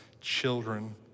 children